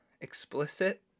explicit